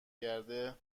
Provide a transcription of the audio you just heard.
گرده